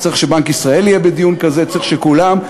צריך שבנק ישראל יהיה בדיון כזה, כולם.